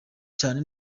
cyane